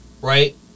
right